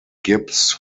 gibbs